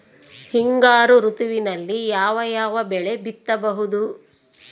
ಹಿಂಗಾರು ಋತುವಿನಲ್ಲಿ ಯಾವ ಯಾವ ಬೆಳೆ ಬಿತ್ತಬಹುದು?